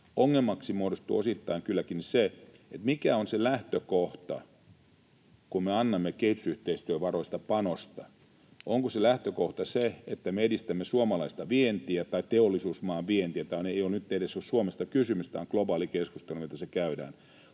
Ongelmaksi muodostuu osittain kylläkin, mikä on se lähtökohta, kun me annamme kehitysyhteistyövaroista panosta: Onko lähtökohta se, että me edistämme suomalaista vientiä tai teollisuusmaan vientiä — ei nyt edes ole nimenomaan Suomesta kysymys, vaan tämä on globaali keskustelu, mitä tässä käydään